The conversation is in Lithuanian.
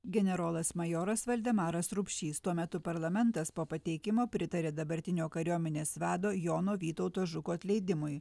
generolas majoras valdemaras rupšys tuo metu parlamentas po pateikimo pritarė dabartinio kariuomenės vado jono vytauto žuko atleidimui